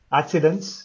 accidents